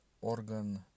organ